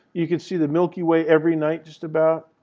you can see the milky way every night just about,